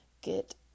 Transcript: get